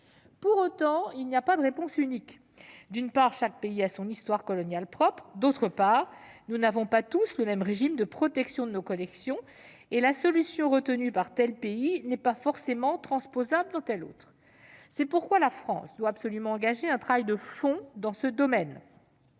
Pour autant, il n'y a pas de réponse unique. D'une part, chaque pays a son histoire coloniale propre, et, d'autre part, nous n'avons pas tous le même régime de protection de nos collections et la solution retenue par tel pays n'est pas forcément transposable dans tel autre. C'est pourquoi la France doit absolument engager un travail de fond dans ce domaine,